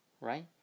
Right